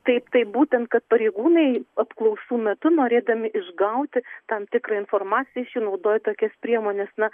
taip tai būtent kad pareigūnai apklausų metu norėdami išgauti tam tikrą informaciją jie naudojo tokias priemones na